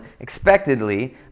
expectedly